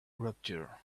rapture